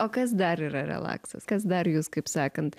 o kas dar yra relaksas kas dar jus kaip sakant